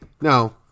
Now